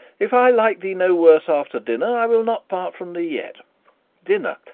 if i like thee no worse after dinner, i will not part from thee yet dinner,